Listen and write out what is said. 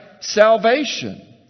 salvation